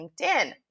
LinkedIn